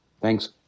thanks